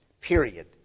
Period